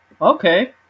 okay